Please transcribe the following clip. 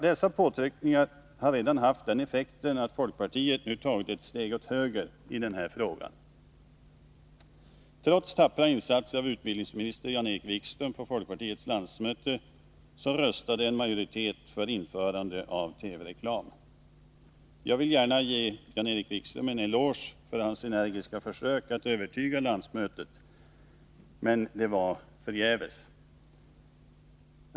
Dessa påtryckningar har redan haft den effekten att folkpartiet nu tagit ett Jag vill gärna ge Jan-Erik Wikström en eloge för hans energiska försök att övertyga landsmötet. Men det var förgäves.